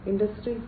industry 4